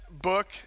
book